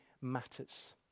matters